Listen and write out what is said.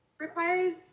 requires